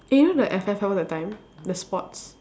eh you know the F_F_L that time the sports